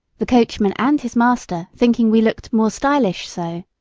the coachman and his master thinking we looked more stylish so.